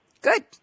Good